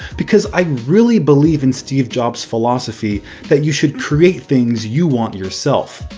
because i really believe in steve job's philosophy that you should create things you want yourself.